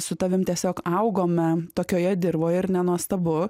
su tavim tiesiog augome tokioje dirvoj ir nenuostabu